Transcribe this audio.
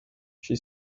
she